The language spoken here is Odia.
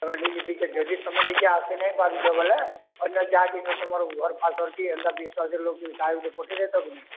ତମେ ନିଜେ ଯଦି ତମେ ନିଜେ ଆସିନାଇ ପାରୁଛ ବେଲେ ଅନ୍ୟ ଯାହାକେ ତମର୍ ଘର୍ ପାସ'ର୍ ଏନ୍ତା ବିଶ୍ୱାସି ଲୋକ କିନ୍ତୁ କାହାକେ ପଠେଇଦେତ କିନି